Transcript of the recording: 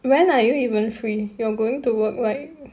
when are you even free you're going to work like